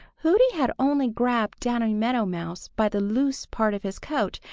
hooty had only grabbed danny meadow mouse by the loose part of his coat,